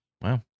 Wow